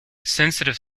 sensitive